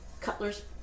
Cutler's